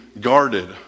guarded